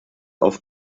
auf